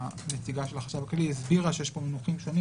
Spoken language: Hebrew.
והנציגה של החשכ"ל הסבירה שיש פה מינוחים שונים